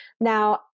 Now